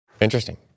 interesting